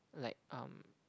like um